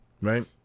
right